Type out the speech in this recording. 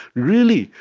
really.